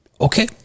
Okay